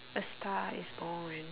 a star is born